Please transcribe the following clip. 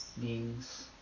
beings